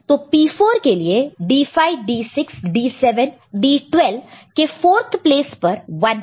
तो P4 के लिए D5 D6 D7 D12 के 4th प्लेस पर 1 है